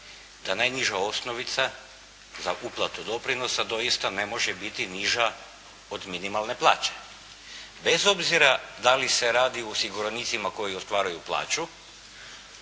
da najniža osnovica za uplatu doprinosa doista ne može biti niža od minimalne plaće, bez obzira da li se radi o osiguranicima koji ostvaruju plaću